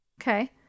Okay